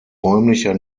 räumlicher